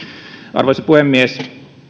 arvoisa puhemies